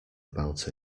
about